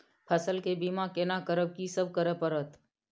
फसल के बीमा केना करब, की सब करय परत?